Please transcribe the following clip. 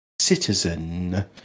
citizen